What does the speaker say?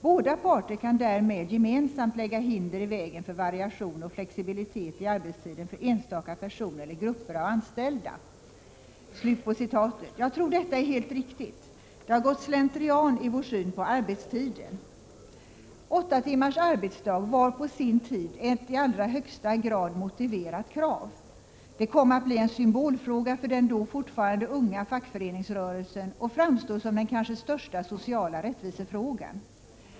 Båda parter kan därmed gemensamt lägga hinder i vägen för variation och flexibilitet i arbetstiden för enstaka personer eller grupper av anställda.” Jag tror att detta är helt riktigt. Det har gått slentrian i vår syn på arbetstiden. Åtta timmars arbetsdag var på sin tid ett i allra högsta grad motiverat krav. Det kom att bli en symbolfråga för den då fortfarande unga fackföreningsrörelsen och framstod som den kanske största sociala rättvisefrågan.